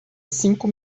cinco